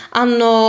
hanno